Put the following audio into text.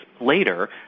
later